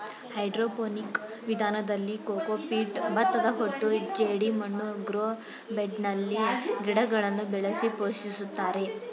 hydroponic ವಿಧಾನದಲ್ಲಿ cocopeat, ಭತ್ತದಹೊಟ್ಟು ಜೆಡಿಮಣ್ಣು ಗ್ರೋ ಬೆಡ್ನಲ್ಲಿ ಗಿಡಗಳನ್ನು ಬೆಳೆಸಿ ಪೋಷಿಸುತ್ತಾರೆ